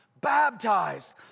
baptized